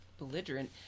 belligerent